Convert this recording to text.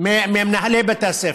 ממנהלי בתי הספר,